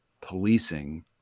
policing